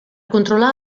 controlar